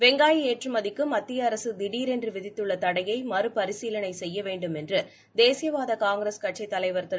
வெங்காய ஏற்றுமதிக்கு மத்திய அரசு திடரென்று விதித்துள்ள தடையை மறு பரிசீலனை செய்ய வேண்டும் என்று தேசியவாத காங்கிரஸ் கட்சித் தலைவர் திரு